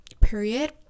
period